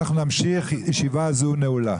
הישיבה הזו נעולה.